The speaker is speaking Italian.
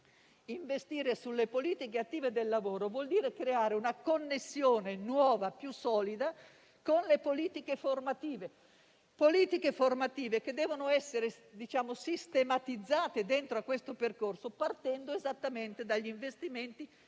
Investire sulle politiche attive del lavoro vuol dire creare una connessione nuova e più solida con le politiche formative, che devono essere sistematizzate all'interno di questo percorso, partendo dagli investimenti